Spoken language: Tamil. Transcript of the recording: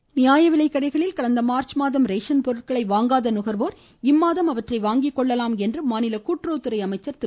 ராஜு நியாயவிலைக்கடைகளில் கடந்த மார்ச் மாதம் ரேசன் பொருட்களை வாங்காத நுகர்வோர் இம்மாதத்தில் அவற்றை வாங்கிக் கொள்ளலாம் என மாநில கூட்டுறவுத்துறை அமைச்சர் திரு